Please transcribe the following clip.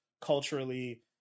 culturally